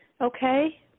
okay